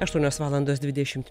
aštuonios valandos dvidešimt